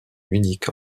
munich